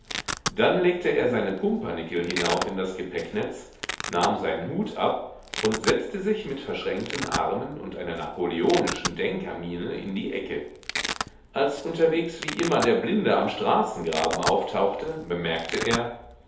dann legte er seine pumpernickel hinauf in das gepäcknetz nahm seinen hut ab und setzte sich mit verschränkten armen und einer napoleonischen denkermiene in die ecke als unterwegs wie immer der blinde am straßengraben auftauchte bemerkte er